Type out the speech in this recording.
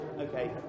Okay